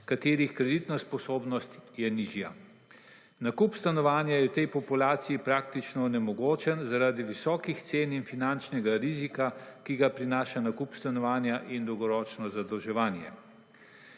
katerih kreditna sposobnost je nižja. Nakup stanovanj je v tej populaciji praktično onemogočen, zaradi visokih cen in finančnega rizika, ki ga prinaša nakup stanovanja in dolgoročno zadolževanje.